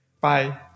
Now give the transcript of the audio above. Bye